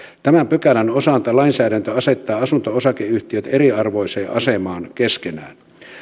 tämän pykälän osalta lainsäädäntö asettaa asunto osakeyhtiöt eriarvoiseen asemaan keskenään